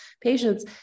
patients